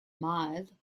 mild